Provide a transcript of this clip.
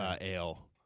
Ale